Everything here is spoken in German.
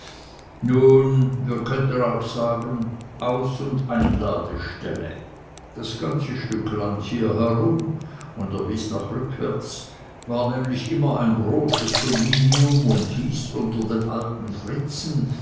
nun wir könnten auch sagen aus und einladestelle das ganze stück land hierherum und er wies nach rückwärts war nämlich immer ein großes dominium und hieß unter dem alten fritzen